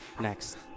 Next